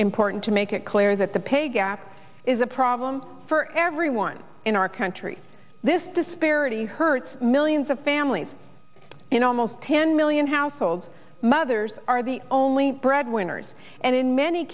important to make it clear that the pay gap is a problem for everyone in our country this disparity hurts millions of families in almost ten million households mothers are the only breadwinners and in many